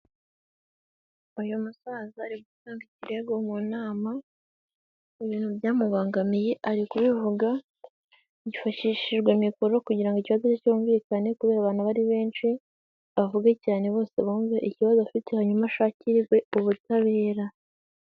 Uyu musaza yari gutanga ikirego mu nama, ibintu byamubangamiye ari kubivuga, hifashishijwe mikoro kugira ngo ikibazo cyumvikane kubera abantu aba ari benshi, avuge cyane bose bumve ikibazo afite hanyuma ashakirwe ubutabera.